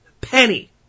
penny